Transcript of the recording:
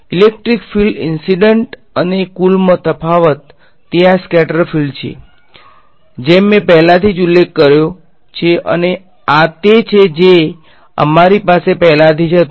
તેથી electric field incident અને કુલમાં તફાવત તે આ સ્કેટર ફિલ્ડ છે જેમ મેં પહેલાથી જ ઉલ્લેખ કર્યો છે અને આ તે છે જે અમારી પાસે પહેલાથી જ હતું